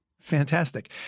Fantastic